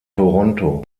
toronto